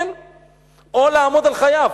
או לעמוד על חייו.